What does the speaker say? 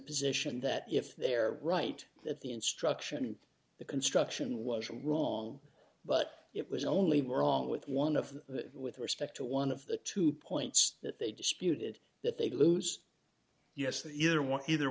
position that if they're right that the instruction in the construction was wrong but it was only wrong with one of the with respect to one of the two points that they disputed that they lose yes they either